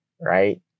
right